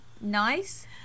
nice